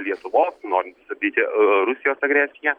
lietuvos norint sustabdyti rusijos agresiją